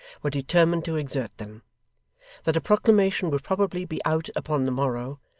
were determined to exert them that a proclamation would probably be out upon the morrow,